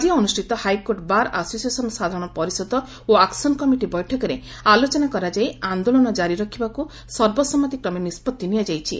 ଆକି ଅନୁଷ୍ଚିତ high court bar association ସାଧାରଣ ପରିଷଦ ଓ ଆକୁନ କମିଟି ବୈଠକରେ ଆଲୋଚନା କରାଯାଇ ଆନ୍ଦୋଳନ କାରି ରଖିବାକୁ ସର୍ବସମ୍ମତିକ୍ରମେ ନିଷ୍ବଭି ନିଆଯାଇଛି